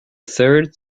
third